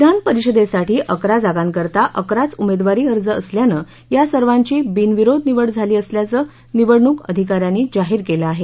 विधानपरिषदेसाठी अकरा जागांकरता अकराच उमेदवारी अर्ज असल्यानं या सर्वांची बिनविरोध निवड झाली असल्याचं निवडणूक अधिका यांनी जाहीर केलं आहे